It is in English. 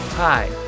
Hi